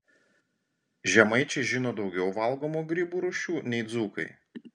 žemaičiai žino daugiau valgomų grybų rūšių nei dzūkai